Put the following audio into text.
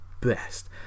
best